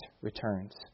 returns